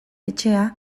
etxea